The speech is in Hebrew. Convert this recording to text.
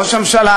ראש הממשלה,